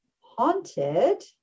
haunted